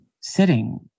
sitting